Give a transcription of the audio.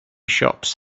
shops